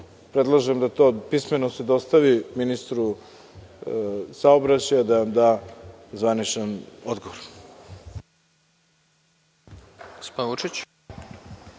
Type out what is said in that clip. Predlažem da se to pismeno dostavi ministru saobraćaja, da vam da zvaničan odgovor.